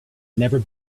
never